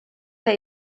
der